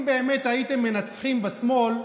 אם באמת הייתם מנצחים בשמאל,